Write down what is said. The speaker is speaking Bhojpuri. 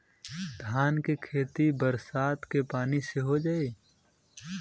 धान के खेती बरसात के पानी से हो जाई?